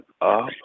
up